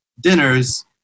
dinners